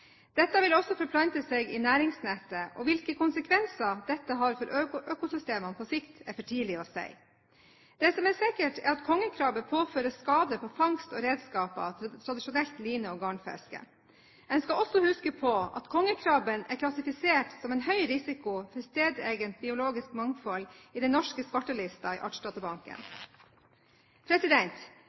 Dette vil også forplante seg i næringsnettet, og hvilke konsekvenser dette har for økosystemet på sikt, er for tidlig å si. Det som er sikkert, er at kongekrabbe påfører skader på fangst og redskaper til tradisjonelt line- og garnfiske. En skal også huske på at kongekrabben er klassifisert som en høy risiko for stedegent biologisk mangfold i den norske svartelisten i Artsdatabanken.